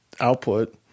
output